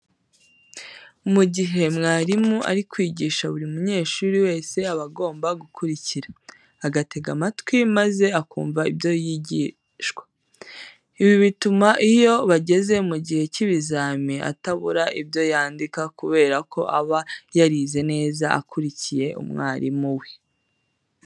Mu gihe mwarimu ari kwigisha buri munyeshuri wese aba agomba gukurikira, agatega amatwi maze akumva ibyo yigishwa. Ibi bituma iyo bageze mu gihe cy'ibizamini atabura ibyo yandika kubera ko aba yarize neza akurikiye mwarimu we.